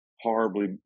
horribly